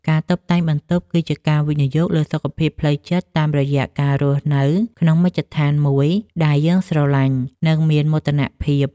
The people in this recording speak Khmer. ការតុបតែងបន្ទប់គឺជាការវិនិយោគលើសុខភាពផ្លូវចិត្ត តាមរយៈការរស់នៅក្នុងមជ្ឈដ្ឋានមួយដែលយើងស្រឡាញ់ និងមានមោទនភាព។